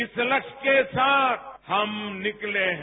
इस लक्ष्य के साथ हम निकले हैं